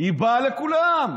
היא באה לכולם.